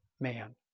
man